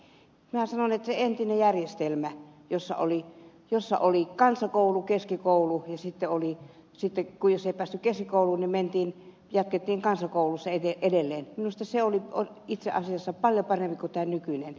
minä sanon että se entinen järjestelmä jossa oli kansakoulu ja keskikoulu ja sitten jos ei päässyt keskikouluun jatkettiin kansakoulussa edelleen oli itse asiassa paljon parempi kuin tämä nykyinen